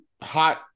hot